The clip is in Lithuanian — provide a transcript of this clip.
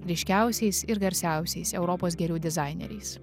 ryškiausiais ir garsiausiais europos gėlių dizaineriais